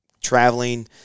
traveling